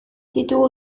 ditugu